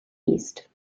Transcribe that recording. east